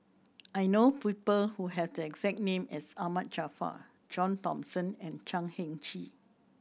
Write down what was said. I know people who have the exact name as Ahmad Jaafar John Thomson and Chan Heng Chee